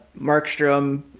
Markstrom